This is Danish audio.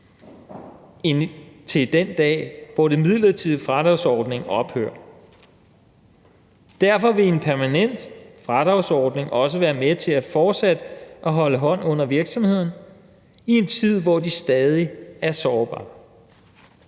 end den dag, hvor den midlertidige fradragsordning ophører. Derfor vil en permanent fradragsordning også være med til fortsat at holde hånden under virksomhederne i en tid, hvor de stadig er sårbare.